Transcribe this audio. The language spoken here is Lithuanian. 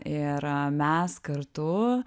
ir mes kartu